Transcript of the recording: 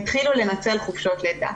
התחילו לנצל חופשות לידה.